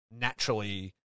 naturally